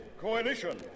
coalition